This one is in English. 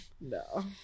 No